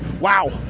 Wow